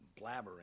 blabbering